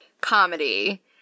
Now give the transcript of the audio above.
comedy